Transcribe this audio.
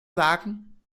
sagen